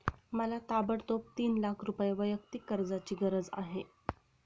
मला ताबडतोब तीन लाख रुपये वैयक्तिक कर्जाची गरज आहे